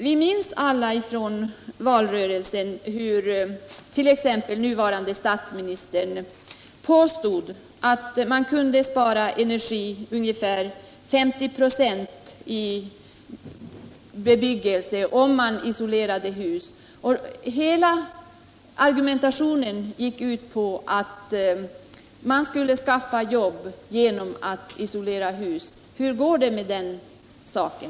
Vi minns alla från valrörelsen hur den nuvarande statsministern påstod att man kunde spara ungefär 50 96 av den energi som åtgår för bostadsuppvärmning genom att förbättra isoleringen. Hela argumentationen gick ut på att man skulle skaffa jobb genom att isolera hus. Hur går det med den saken?